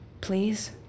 Please